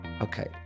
Okay